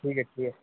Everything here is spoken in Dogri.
ठीक ऐ ठीक ऐ